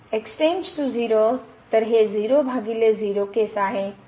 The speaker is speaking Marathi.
x → 0 तर हे 0 भागिले 0 केसआहे